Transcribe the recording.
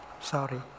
sorry